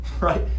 right